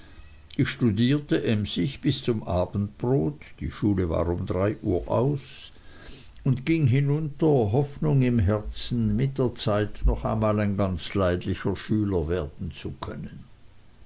ich studierte emsig bis zur mittagszeit die schule war um drei uhr aus und ging hinunter hoffnung im herzen mit der zeit noch einmal ein ganz leidlicher schüler werden zu können